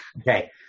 Okay